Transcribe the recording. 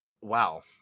Wow